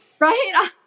Right